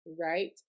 right